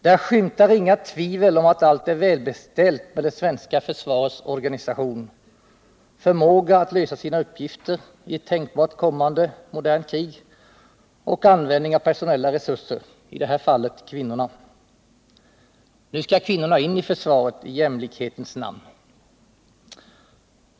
Där skymtar inga tvivel om att allt är välbeställt med det svenska försvarets organisation, förmåga att lösa sina uppgifter i ett tänkbart kommande, modernt krig och användning av personella resurser, i det här fallet kvinnorna. Nu skall kvinnorna in i försvaret i jämlikhetens namn!